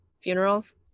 funerals